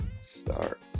start